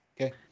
Okay